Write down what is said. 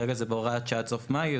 כרגע זה בהוראת שעה עד סוף מאי,